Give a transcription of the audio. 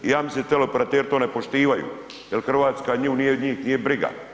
I ja mislim teleoperateri to ne poštivanju jer Hrvatska nju nije, njih nije briga.